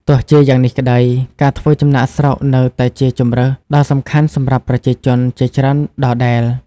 ទោះជាយ៉ាងនេះក្ដី ការធ្វើចំណាកស្រុកនៅតែជាជម្រើសដ៏សំខាន់សម្រាប់ប្រជាជនជាច្រើនដដែល។